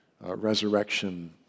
resurrection